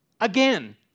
again